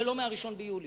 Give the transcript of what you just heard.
זה לא מ-1 ביולי,